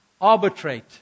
arbitrate